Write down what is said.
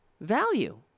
value